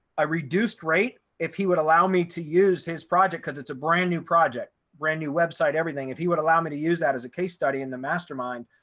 ah reduced rate if he would allow me to use his project because it's a brand new project, brand new website, everything if he would allow me to use that as a case study in the mastermind,